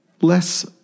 less